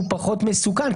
הוא פחות מסוכן.